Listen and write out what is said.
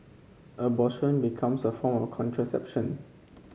abortion becomes a form contraception